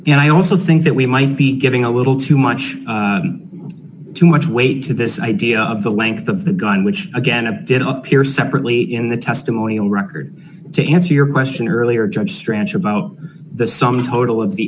and i also think that we might be giving a little too much too much weight to this idea of the length of the gun which again it did appear separately in the testimonial record to answer your question earlier judge strachey about the sum total of the